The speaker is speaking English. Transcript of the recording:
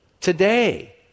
today